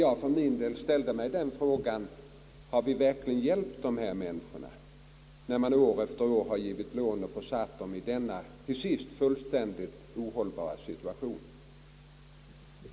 Jag ställde mig då frågan: Har vi verkligen hjälpt dessa människor när vi år efter år gett dem lån och försatt dem i denna till sist fullständigt ohållbara situation?